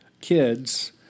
kids